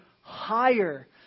higher